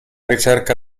ricerca